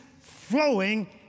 flowing